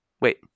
Wait